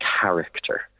character